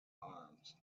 arms